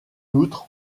outre